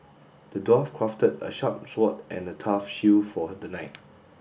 the dwarf crafted a sharp sword and a tough shield for the knight